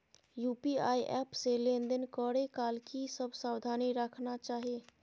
UPI app से लेन देन करै काल की सब सावधानी राखना चाही?